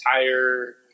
entire